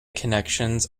connections